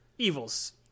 Evil's